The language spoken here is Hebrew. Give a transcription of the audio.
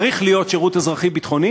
צריך להיות שירות אזרחי-ביטחוני,